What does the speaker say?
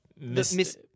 miss